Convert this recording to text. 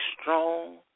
strong